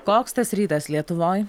koks tas rytas lietuvoj